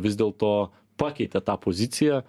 vis dėlto pakeitė tą poziciją